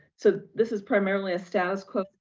so this is primarily a status quo.